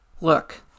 Look